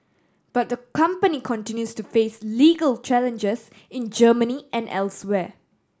but the company continues to face legal challenges in Germany and elsewhere